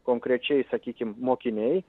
konkrečiai sakykim mokiniai